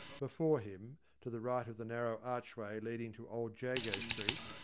before him, to the right of the narrow archway leading to old jago street,